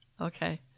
Okay